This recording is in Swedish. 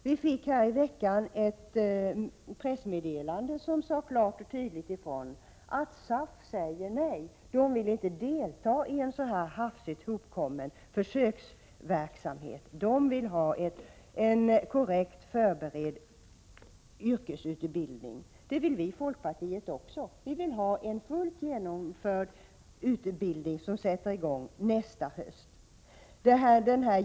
Vi fick här i veckan ett pressmeddelande där det klart och tydligt sades ifrån att SAF säger nej och inte vill delta i en så hafsigt hopkommen försöksverksamhet utan vill ha en korrekt förberedd yrkesutbildning. Det vill vi i folkpartiet också. Vi vill ha en fullt genomförd utbildning som sätter i gång nästa höst.